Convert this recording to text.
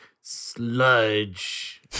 sludge